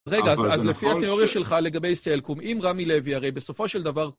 רגע, אז לפי התיאוריה שלך לגבי סלקום, אם רמי לוי, הרי בסופו של דבר...